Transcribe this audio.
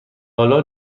آلا